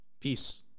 Peace